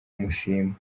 mushima